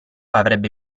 avrebbe